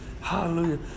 hallelujah